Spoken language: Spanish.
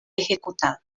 ejecutado